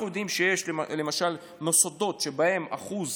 אנחנו יודעים שיש להם למשל מוסדות שבהם אחוז